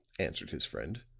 answered his friend.